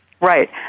right